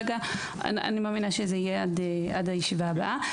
ואני מאמינה שזה יהיה עד הישיבה הבאה.